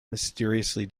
mysteriously